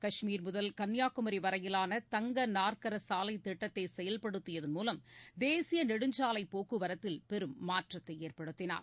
கஷ்மீர் முதல் கன்னியாகுமி வரையிவான தங்க நாற்கர சாலைத் திட்டத்தை செயல்படுத்தியதன் மூலம் தேசிய நெடுஞ்சாலை போக்குவரத்தில் பெரும் மாற்றத்தை ஏற்படுத்தினார்